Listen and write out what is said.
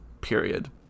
period